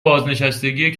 بازنشستگی